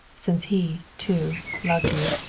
since he, too, loved you.